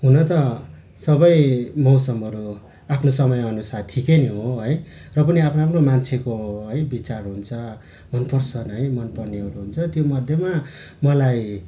हुन त सबै मौसमहरू आफ्नो समयअनुसार ठिकै नै हो है र पनि आफ्नो आफ्नो मान्छेको है विचार हुन्छ हुनुपर्छ नै है मनपर्नेहरू हुन्छ त्योमध्येमा मलाई